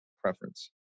preference